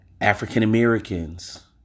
african-americans